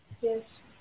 Yes